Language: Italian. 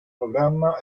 programma